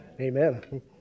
Amen